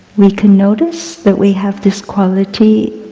we can notice that we have this quality